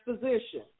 position